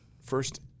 first